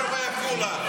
תושבי עפולה?